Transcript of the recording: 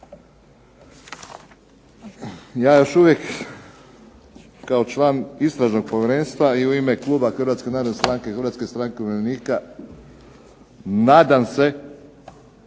Ja još uvijek kao član Istražnog povjerenstva i u ime kluba Hrvatske narodne stranke i Hrvatske stranke umirovljenika nadam se